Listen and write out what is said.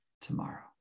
tomorrow